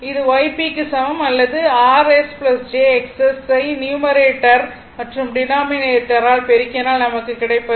இது Y P க்கு சமம் அல்லது இந்த Rs jXS ஐ நியூமரேட்டர் மற்றும் டினாமினேட்டரால் பெருக்கினால் நமக்கு கிடைப்பது